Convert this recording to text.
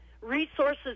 resources